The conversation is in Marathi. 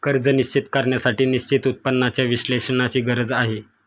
कर्ज निश्चित करण्यासाठी निश्चित उत्पन्नाच्या विश्लेषणाची गरज आहे